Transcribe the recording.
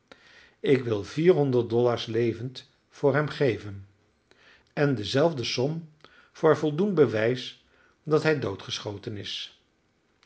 ik wil vierhonderd dollars levend voor hem geven en dezelfde som voor voldoend bewijs dat hij doodgeschoten is